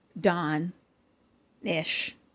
dawn-ish